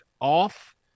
off